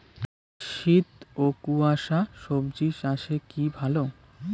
শীত ও কুয়াশা স্বজি চাষে কি ভালো?